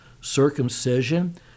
circumcision